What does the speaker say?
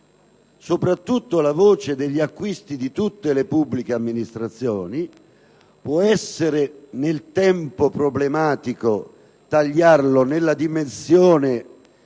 alla voce degli acquisti di tutte le pubbliche amministrazioni, può essere nel tempo problematico il taglio nella dimensione